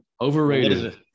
overrated